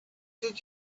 did